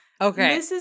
Okay